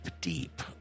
deep